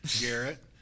Garrett